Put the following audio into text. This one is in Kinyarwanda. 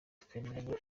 twemeranya